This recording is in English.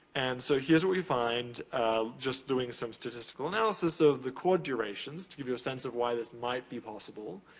and, so, here's what we could find just doing some statistical analysis of the chord durations to give you a sense of why this might be possible.